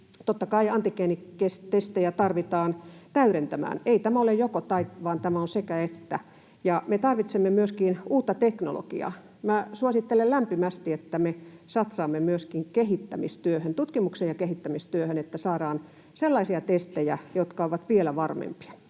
antigeenitestejä tarvitaan sitä täydentämään. Ei tämä ole joko—tai, vaan tämä on sekä—että. Me tarvitsemme myöskin uutta teknologiaa. Minä suosittelen lämpimästi, että me satsaamme myöskin kehittämistyöhön, tutkimukseen ja kehittämistyöhön, että saadaan sellaisia testejä, jotka ovat vielä varmempia.